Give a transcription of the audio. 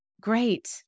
great